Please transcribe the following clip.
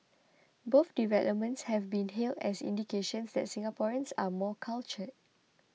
both developments have been hailed as indications that Singaporeans are more cultured